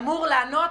אמור לענות